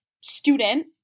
student